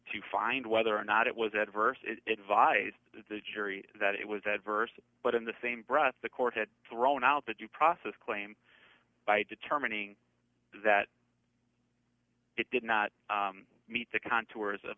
to find whether or not it was adverse it invited the jury that it was adverse but in the same breath the court had thrown out the due process claim by determining that it did not meet the contours of